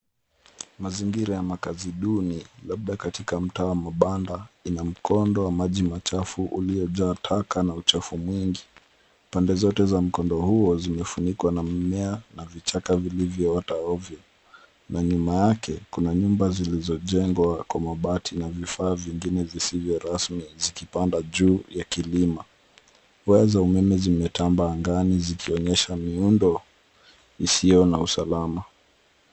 Mazingira ya makazi duni labda katika mtaa wa mabanda ina mkondo wa maji machafu uliyojaa taka na uchafu mwingi ,pande zote za mkondo huo zimefunikwa na mmea na vichaka vilivyo ota ovyo na nyuma yake kuna nyumba zilizojengwa kwa mabati na vifaa vingine visivyo rasmi zikipanda juu ya kilima, waya za umeme zimetambaa angani zikionyesha miundo isiyo na usalama.